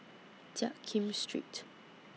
Jiak Kim Street